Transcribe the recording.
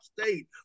State